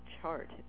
chart